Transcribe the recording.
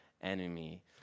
enemy